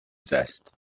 zest